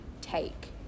take